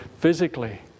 physically